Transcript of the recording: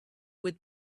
would